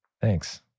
Thanks